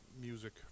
music